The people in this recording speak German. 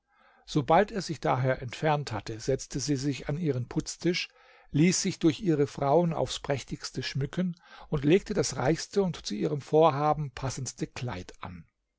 sobald er sich daher entfernt hatte setzte sie sich an ihren putztisch ließ sich durch ihre frauen aufs prächtigste schmücken und legte das reichste und zu ihrem vorhaben passendste kleid an